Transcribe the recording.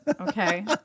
Okay